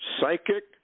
Psychic